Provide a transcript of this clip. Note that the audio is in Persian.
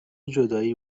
جدایی